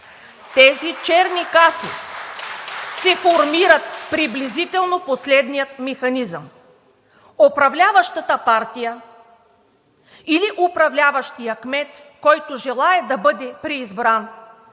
Тези черни каси се формират приблизително по следния механизъм: управляващата партия или управляващият кмет, който желае да бъде преизбран,